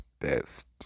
best